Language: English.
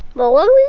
but what